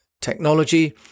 technology